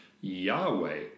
Yahweh